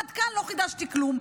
עד כאן לא חידשתי כלום.